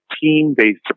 team-based